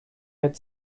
had